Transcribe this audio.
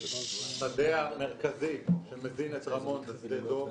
השדה המרכזי שמזין את רמון זה שדה דב,